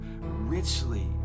richly